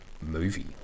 movie